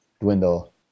Dwindle